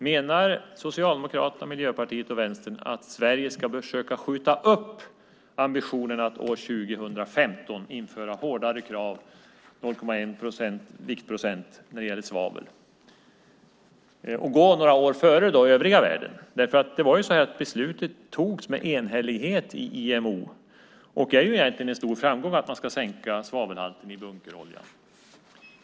Menar Socialdemokraterna, Miljöpartiet och Vänstern att Sverige ska försöka skjuta upp ambitionerna att 2015 införa hårdare krav på 0,1 viktprocent när det gäller svavel och gå några år före övriga världen? Beslutet togs med enhällighet i IMO, och det är en stor framgång att man ska sänka svavelhalten i bunkerolja.